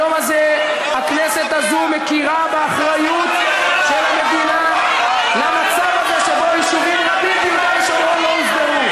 היום הזה החוק הישראלי מכיר בהתיישבות ביהודה ושומרון כצורך ציבורי,